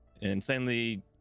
insanely